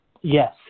Yes